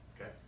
okay